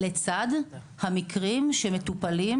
לצד המקרים שמטופלים,